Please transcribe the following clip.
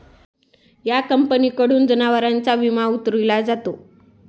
या कंपनीकडून जनावरांचा विमा उतरविला जातो